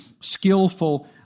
skillful